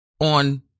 on